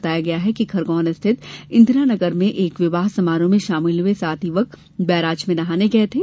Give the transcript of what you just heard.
बताया गया है कि खरगौन स्थित इंदिरा नगर में एक विवाह समारोह में शामिल हुए सात युवक बैराज में नहाने गये थे